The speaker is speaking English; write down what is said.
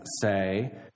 say